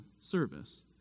service